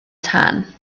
tân